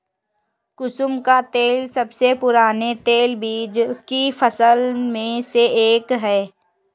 कुसुम का तेल सबसे पुराने तेलबीज की फसल में से एक है